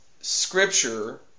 scripture